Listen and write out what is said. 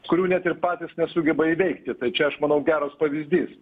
kurių net ir patys nesugeba įveikti tai čia aš manau geras pavyzdys